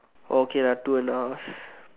okay lah two and a half